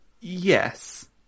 Yes